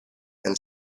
and